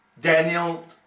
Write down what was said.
Daniel